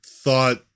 thought